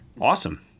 Awesome